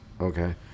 okay